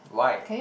why